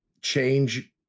change